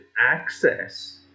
access